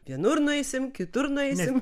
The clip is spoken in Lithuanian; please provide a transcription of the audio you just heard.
vienur nueisim kitur nueisim